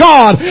God